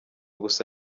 gusa